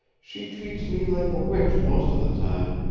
she treats me like a witch most of the time,